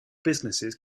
businesses